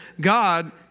God